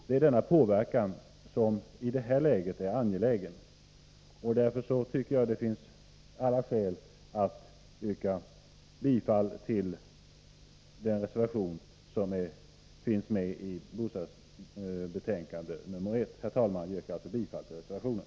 Det är denna påverkan som, i detta läge, är av vikt. Därför finns alla skäl att bifalla den reservation som är fogad till bostadsutskottets betänkande nr 1. Herr talman! Jag yrkar alltså bifall till reservationen.